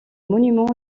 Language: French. monuments